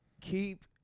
keep